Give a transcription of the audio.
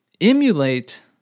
emulate